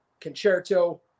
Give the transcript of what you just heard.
concerto